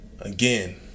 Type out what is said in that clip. Again